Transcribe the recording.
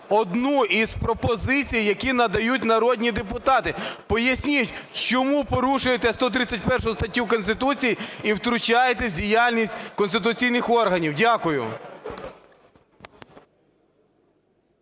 одну із пропозицій, які надають народні депутати. Поясніть, чому порушуєте 131 статтю Конституції і втручаєтесь в діяльність конституційних органів? Дякую.